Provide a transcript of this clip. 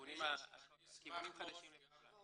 כיוונים חדשים לגמרי.